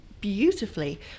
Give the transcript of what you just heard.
beautifully